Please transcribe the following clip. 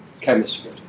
chemistry